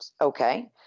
Okay